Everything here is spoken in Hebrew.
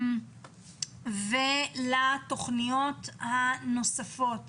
לגבי התוכניות הנוספות,